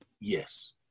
Yes